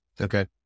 okay